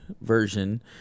version